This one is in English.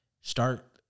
start